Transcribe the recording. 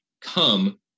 come